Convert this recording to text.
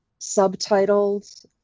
subtitled